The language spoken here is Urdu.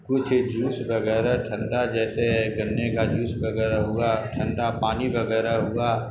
کچھ جوس وغیرہ ٹھنڈا جیسے گنے کا جوس وغیرہ ہوا ٹھنڈا پانی وغیرہ ہوا